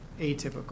atypical